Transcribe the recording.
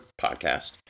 podcast